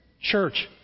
church